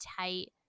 tight